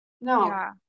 no